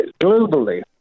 globally